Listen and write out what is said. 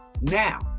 Now